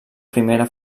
primera